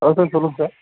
ஆ sir சொல்லுங்கள் sir